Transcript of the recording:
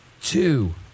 Two